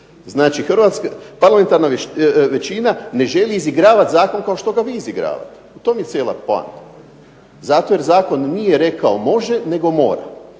Znači, parlamentarna većina ne želi izigravati zakon kao što ga vi izigravate. U tom je cijela poanta. Zato jer zakon nije rekao može, nego mora.